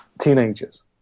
teenagers